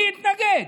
מי התנגד?